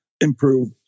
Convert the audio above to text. improve